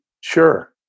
Sure